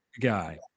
guy